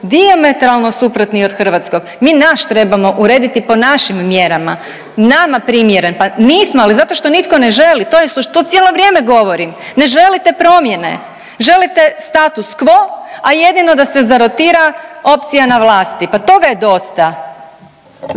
dijametralno suprotni od hrvatskog. Mi naš trebamo urediti po našim mjerama, nama primjeren, pa nismo, ali zato što nitko ne želi, to je .../nerazumljivo/... to cijelo vrijeme govorim. Ne želite promjene, želite status quo, a jedino da se zarotira opcija na vlasti, pa toga je dosta.